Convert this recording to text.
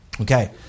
Okay